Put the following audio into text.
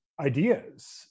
ideas